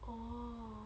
oh